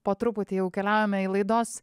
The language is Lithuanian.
po truputį jau keliaujame į laidos